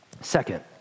Second